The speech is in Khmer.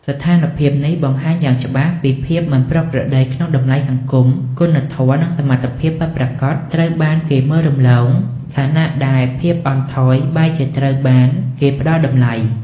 ស្ថានភាពនេះបង្ហាញយ៉ាងច្បាស់ពីភាពមិនប្រក្រតីក្នុងតម្លៃសង្គម គុណធម៌ និងសមត្ថភាពពិតប្រាកដត្រូវបានគេមើលរំលង ខណៈដែលភាពអន់ថយបែរជាត្រូវបានគេផ្តល់តម្លៃ។